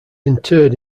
interred